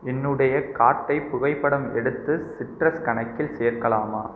என்னுடைய கார்டை புகைப்படம் எடுத்து சிட்ரஸ் கணக்கில் சேர்க்கலாமா